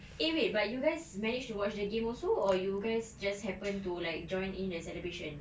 eh wait but you guys managed to watch the game also or you guys just happened to like join in the celebration